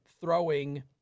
throwing